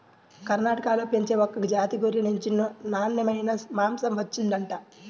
కర్ణాటకలో పెంచే ఒక జాతి గొర్రెల నుంచి నాన్నెమైన మాంసం వచ్చిండంట